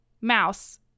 mouse